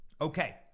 Okay